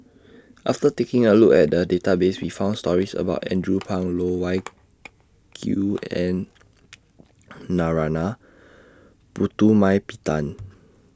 after taking A Look At The Database We found stories about Andrew Phang Loh Wai Kiew and Narana Putumaippittan